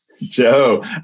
Joe